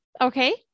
Okay